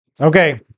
Okay